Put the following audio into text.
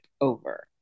over